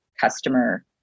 customer